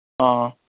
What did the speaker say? ꯑꯥ